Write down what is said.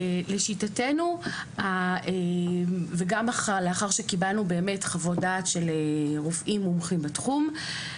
לשיטתנו וגם לאחר שקיבלנו באמת חוות דעת של רופאים מומחים בתחום,